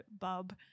bub